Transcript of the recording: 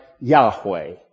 Yahweh